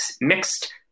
mixed